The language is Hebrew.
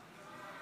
61 בעד,